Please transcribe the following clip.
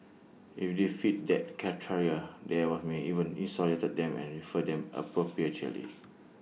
if they fit that criteria then we may even isolate them and refer them appropriately